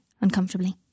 uncomfortably